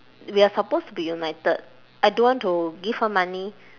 we are supposed to be united I don't want to give her money